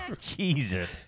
Jesus